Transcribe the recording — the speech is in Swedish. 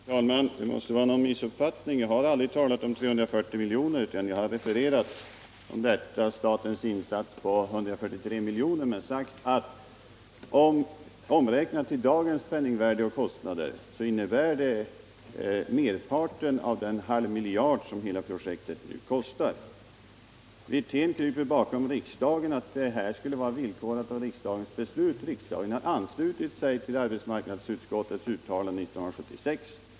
Herr talman! Arbetsmarknadsministern måste ha missuppfattat mig. Jag har aldrig talat om 340 miljoner, utan jag har nämnt statens insats på 143 miljoner men sagt att omräknat till dagens penningvärde och kostnader så innebär det merparten av den halva miljard som hela projektet nu kostar. Rolf Wirtén kryper bakom riksdagen och säger att statens insats skulle vara villkorad av riksdagens beslut. Riksdagen har anslutit sig till arbetsmarknadsutskottets uttalande 1976.